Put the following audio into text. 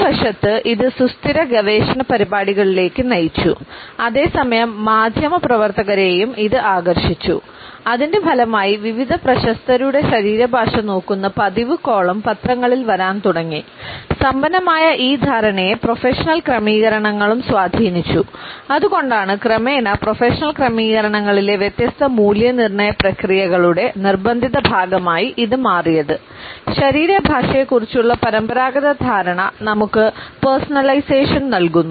ഒരു വശത്ത് ഇത് സുസ്ഥിര ഗവേഷണ പരിപാടികളിലേക്ക് നയിച്ചു അതേസമയം മാധ്യമ പ്രവർത്തകരെയും ഇത് ആകർഷിച്ചു അതിന്റെ ഫലമായി വിവിധ പ്രശസ്തരുടെ ശരീരഭാഷ നോക്കുന്ന പതിവ് കോളം നൽകുന്നു